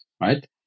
right